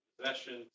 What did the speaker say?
possessions